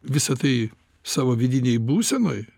visa tai savo vidinėj būsenoj